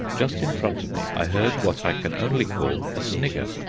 just in front of me i heard what i can only call a snigger.